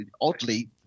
Oddly